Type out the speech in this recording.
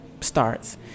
starts